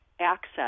access